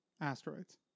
Asteroids